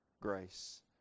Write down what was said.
grace